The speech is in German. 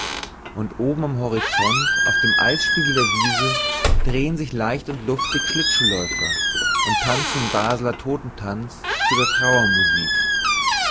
und oben am horizont auf dem eisspiegel der wiese drehen sich leicht und lustig schlittschuhläufer und tanzen den baseler todtentanz zu der